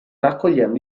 raccogliendo